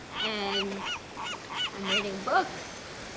and i'm reading books.